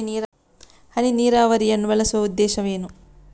ಹನಿ ನೀರಾವರಿಯನ್ನು ಬಳಸುವ ಉದ್ದೇಶವೇನು?